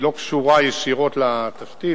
אדוני השר,